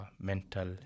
mental